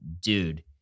Dude